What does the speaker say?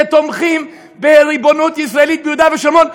שתומכים בריבונות ישראלית ביהודה ושומרון,